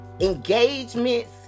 engagements